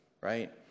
right